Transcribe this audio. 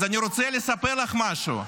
אז אני רוצה לספר לך משהו.